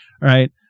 right